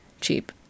cheap